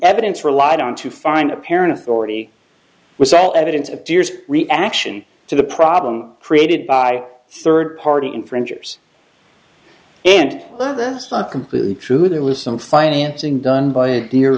evidence relied on to find apparent authority was all evidence of deer's reaction to the problem created by third party infringers and this not completely true there was some financing done by a deer